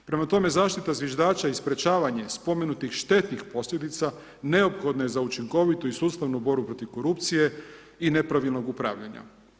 Prema tome zaštita zviždača i sprječavanje spomenutih štetnih posljedica neophodno je za učinkovitu i sustavnu borbu protiv korupcije i nepravilnog upravljanja.